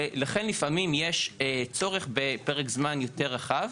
ולכן לפעמים יש צורך בפרק זמן יותר רחב.